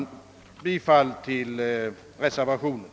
Jag yrkar bifall till reservationenl.